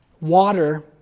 water